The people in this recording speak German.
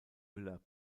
müller